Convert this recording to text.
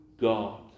God